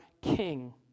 king